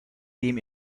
dem